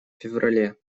феврале